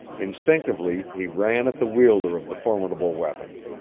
instinctively he ran at the wielder of the formidable weapon.